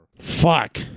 Fuck